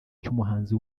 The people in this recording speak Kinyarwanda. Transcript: cy’umuhanzi